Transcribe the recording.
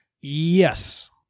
yes